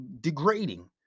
degrading